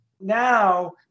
Now